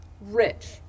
rich